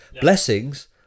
Blessings